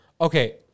okay